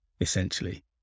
essentially